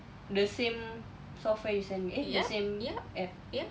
the same software you send me eh the same app